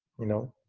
you know?